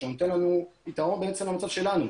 זה פתרון למצב שלנו,